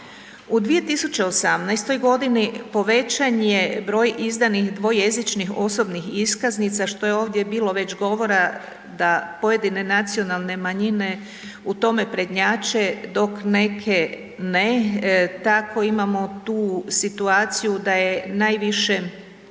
U 2018.g. povećan je broj izdanih dvojezičnih osobnih iskaznica, što je ovdje bilo već govora da pojedine nacionalne manjine u tome prednjače dok neke ne. Tako imamo tu situaciju da je najviše